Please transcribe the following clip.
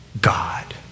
God